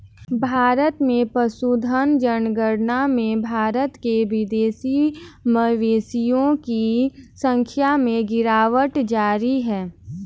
भारत में पशुधन जनगणना में भारत के स्वदेशी मवेशियों की संख्या में गिरावट जारी है